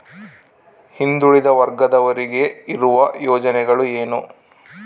ಹಿಂದುಳಿದ ವರ್ಗದವರಿಗೆ ಇರುವ ಯೋಜನೆಗಳು ಏನು?